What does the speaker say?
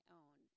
own